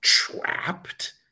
Trapped